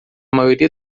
maioria